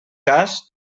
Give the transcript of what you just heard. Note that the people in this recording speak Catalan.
cas